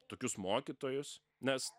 tokius mokytojus nes